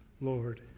Lord